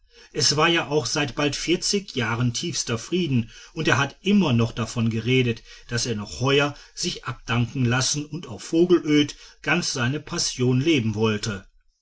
es war ja auch seit bald vierzig jahren tiefster frieden und er hat auch immer schon davon geredet daß er noch heuer sich abdanken lassen und auf vogelöd ganz seinen passionen leben wollte